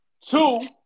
Two